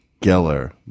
Geller